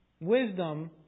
wisdom